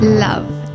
Love